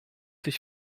sich